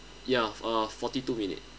ya uh forty two minute